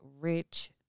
rich